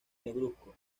negruzco